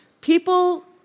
people